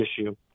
issue